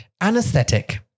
Anesthetic